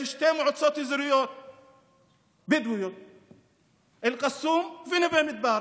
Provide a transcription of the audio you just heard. יש שתי מועצות אזוריות בדואיות: אל קסום ונווה מדבר.